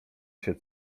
się